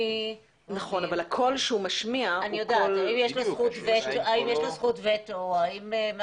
אני חושב שכל המוסד הזה של ועדות פנימיות הוא בעייתי מלכתחילה.